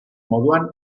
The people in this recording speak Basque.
moduan